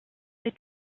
they